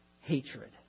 hatred